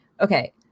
okay